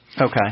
Okay